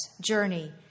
journey